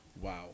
Wow